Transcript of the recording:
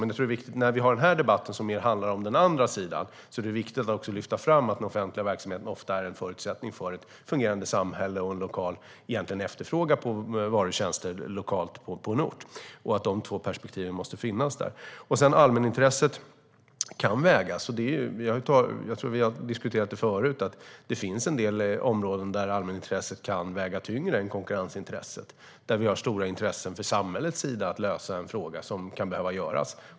Men när vi har den här debatten, som mer handlar om den andra sidan, är det viktigt att också lyfta fram att den offentliga verksamheten ofta är en förutsättning för ett fungerande samhälle och en efterfrågan på varor och tjänster lokalt på en ort och att de två perspektiven måste finnas där. Allmänintresset kan vägas in. Vi har förut diskuterat att det finns en del områden där allmänintresset kan väga tyngre än konkurrensintresset, där vi har stora intressen från samhällets sida att lösa en fråga som kan behöva lösas.